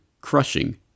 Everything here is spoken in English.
crushing